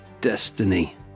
destiny